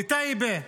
בטייבה,